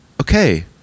okay